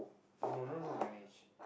no no no Ganesh